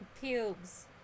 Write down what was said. Pubes